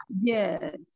yes